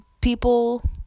people